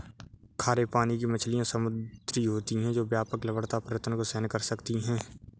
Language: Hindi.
खारे पानी की मछलियाँ समुद्री होती हैं जो व्यापक लवणता परिवर्तन को सहन कर सकती हैं